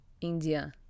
India